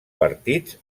partits